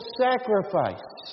sacrifice